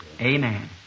Amen